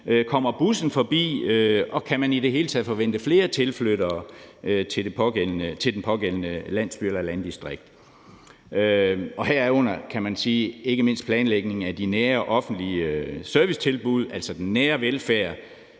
Kommer bussen forbi? Kan man i det hele taget forvente flere tilflyttere til den pågældende landsby eller det pågældende landdistrikt? Herunder kan man nævne ikke mindst planlægning af de nære offentlige servicetilbud, altså den nære velfærd